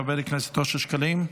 חבר הכנסת אושר שקלים,